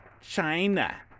China